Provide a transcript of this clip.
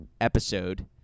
episode